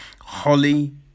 Holly